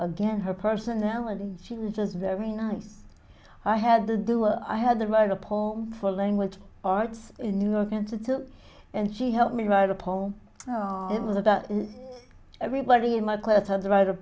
again her personality she just very nice i had to do i had to write a poem for language arts in new york institute and she helped me write a poem it was about everybody in my class had to write a